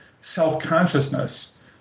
self-consciousness